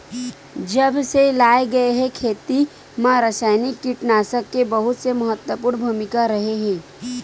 जब से लाए गए हे, खेती मा रासायनिक कीटनाशक के बहुत महत्वपूर्ण भूमिका रहे हे